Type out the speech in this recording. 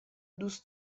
دوست